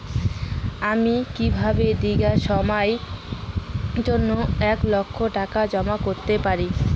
আমি কিভাবে দীর্ঘ সময়ের জন্য এক লাখ টাকা জমা করতে পারি?